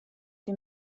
die